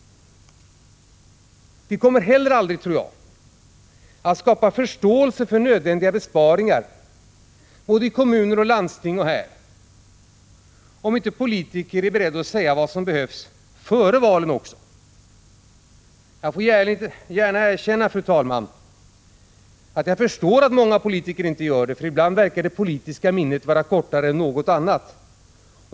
Vi kommer heller aldrig, tror jag, att skapa förståelse för nödvändiga besparingar inom kommun, landsting och stat, om inte politikerna är beredda att även före valen säga vad som behövs. Jag erkänner gärna, fru talman, att jag förstår att många politiker inte gör det, för ibland verkar det politiska minnet kortare än något annat.